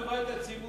חברי הכנסת אפללו,